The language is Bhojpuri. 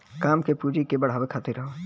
काम के पूँजी के बढ़ावे खातिर हौ